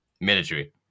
military